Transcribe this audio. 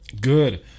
good